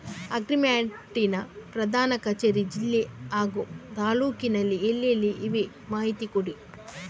Agri Mart ನ ಪ್ರಧಾನ ಕಚೇರಿ ಜಿಲ್ಲೆ ಹಾಗೂ ತಾಲೂಕಿನಲ್ಲಿ ಎಲ್ಲೆಲ್ಲಿ ಇವೆ ಮಾಹಿತಿ ಕೊಡಿ?